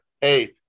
hey